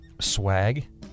swag